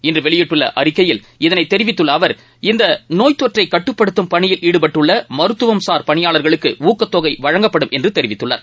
இன்று வெளியிட்டுள்ள அறிக்கையில் இதளை தெரிவித்துள்ள அவர் இந்த நோய்த்தொற்றை கட்டுப்படுத்தும் பணியில் ஈடுபட்டுள்ள மருத்துவம் சார் பணியாளர்களுக்கு ஊக்கத்தெகை வழங்கப்படும் என்றும் தெரிவித்துள்ளார்